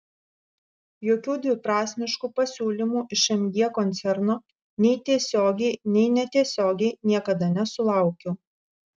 jokių dviprasmiškų pasiūlymų iš mg koncerno nei tiesiogiai nei netiesiogiai niekada nesulaukiau